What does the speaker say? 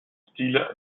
style